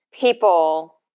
people